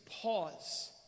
pause